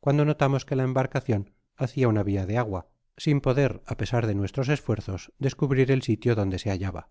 cuando notamos que la embarcacion hacia una via de agua sin poder á pesar de nuestros esfuerzos descubrir el sitio donde se hallaba